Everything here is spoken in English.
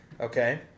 okay